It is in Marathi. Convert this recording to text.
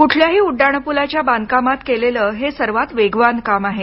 कुठल्याही उड्डाणपुलाच्या बांधकामात केलेलं हे सर्वात वेगवान काम आहे